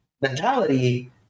mentality